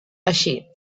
així